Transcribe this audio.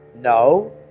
no